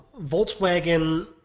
Volkswagen